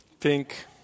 pink